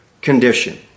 condition